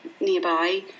nearby